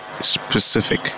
specific